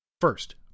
first